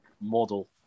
model